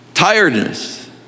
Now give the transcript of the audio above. Tiredness